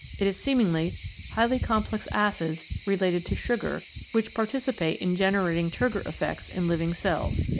it is seemingly highly complex acids related to sugar which participate in generating turgor effects in living cells.